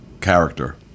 character